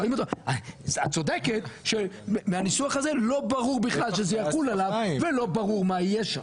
את צודקת שמהניסוח הזה לא ברור בכלל שזה יחול עליו ולא ברור מה יהיה שם.